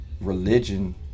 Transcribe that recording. religion